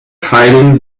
hiding